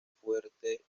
fuerte